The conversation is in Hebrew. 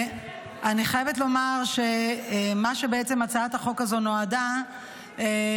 אני חייבת לומר שמה שבעצם הצעת החוק הזו נועדה לו,